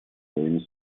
своими